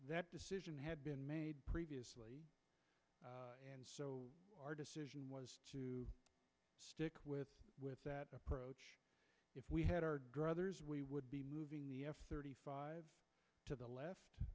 that decision had been made previously so our decision was to stick with that approach if we had our druthers we would be moving the f thirty five to the left